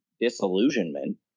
disillusionment